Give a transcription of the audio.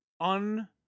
un